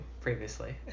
previously